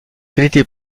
qualités